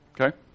Okay